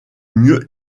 mieux